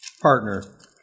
partner